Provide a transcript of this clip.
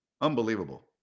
Unbelievable